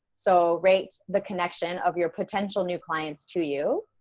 so rate the connection of your potential new clients to you